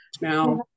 Now